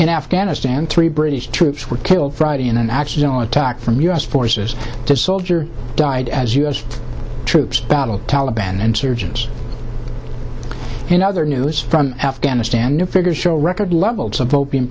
in afghanistan three british troops were killed friday in an accidental attack from u s forces to soldier died as u s troops battled taliban insurgents in other news from afghanistan new figures show record levels of opium